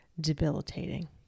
debilitating